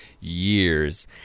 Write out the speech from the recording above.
years